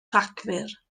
rhagfyr